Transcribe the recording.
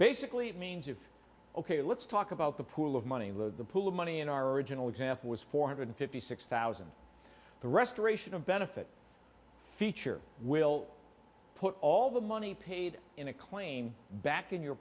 basically it means of ok let's talk about the pool of money lou the pool of money in our original example was four hundred fifty six thousand the restoration of benefit feature will put all the money paid in a claim back in your